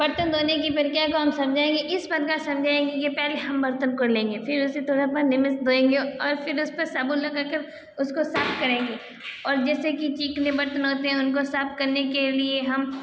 बर्तन धोने की प्रक्रिया को हम समझायेंगे इस प्रकार से ये पहले हम बर्तन को लेंगे फिर उसे थोड़ा पानी में से धोयेंगे और फिर उस पर साबुन लगाकर उसको साफ़ करेंगे और जैसे के चिकने बर्तन होते है उनको साफ़ करने के लिए